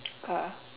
car